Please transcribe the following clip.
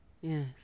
Yes